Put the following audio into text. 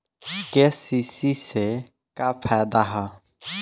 KCC से का फायदा ह?